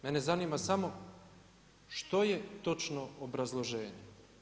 Mene zanima samo što je točno obrazloženje?